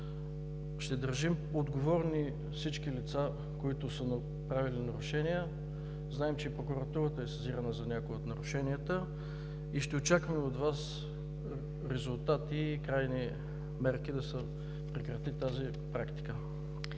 Ще държим отговорни всички лица, които са направили нарушения. Знаем, че и Прокуратурата е сезирана за някои от нарушенията и ще очакваме от Вас резултати и крайни мерки да се прекрати тази практика.